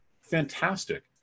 fantastic